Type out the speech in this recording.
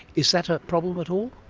is that a problem at all?